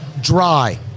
Dry